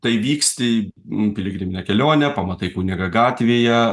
tai vyksti piligriminę kelionę pamatai kunigą gatvėje